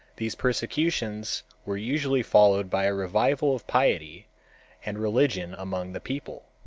these persecutions were usually followed by a revival of piety and religion among the people.